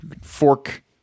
Fork